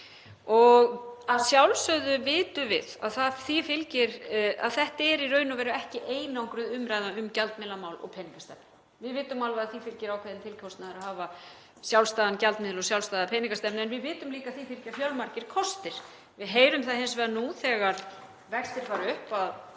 Að sjálfsögðu vitum við að þetta er í raun og veru ekki einangruð umræða um gjaldmiðlamál og peningastefnu. Við vitum alveg að því fylgir ákveðinn tilkostnaður að hafa sjálfstæðan gjaldmiðil og sjálfstæða peningastefnu en við vitum líka að því fylgja fjölmargir kostir. Við heyrum það hins vegar nú þegar vextir fara upp að